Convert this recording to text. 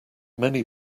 many